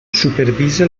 supervisa